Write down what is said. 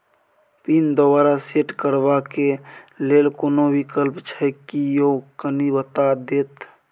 Pin दोबारा set करबा के लेल कोनो विकल्प छै की यो कनी बता देत?